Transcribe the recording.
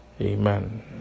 Amen